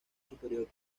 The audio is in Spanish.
superior